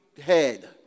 head